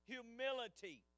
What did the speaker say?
Humility